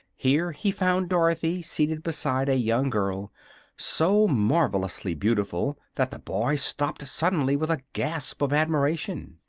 here he found dorothy seated beside a young girl so marvelously beautiful that the boy stopped suddenly with a gasp of admiration.